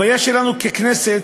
הבעיה שלנו, ככנסת,